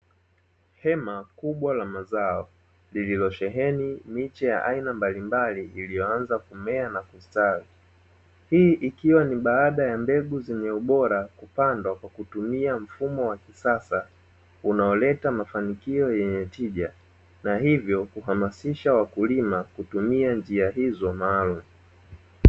Hema kubwa la mazao lililo sheheni miche ya aina mbalimbali iliyoanza kumea na kustawi, hii ikiwa ni baadhi ya mbegu yenye ubora kupandwa kutumia mfumo wa kisasa, unaoleta mafanikio yenye tija na hivyo uhamasisha wakulima kutumia njia hizo maalumu.